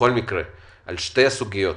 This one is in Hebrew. על שתי הסוגיות,